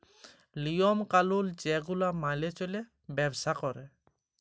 লিওম কালুল যে গুলা মালে চল্যে ব্যবসা ক্যরে